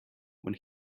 when